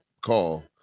call